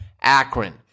Akron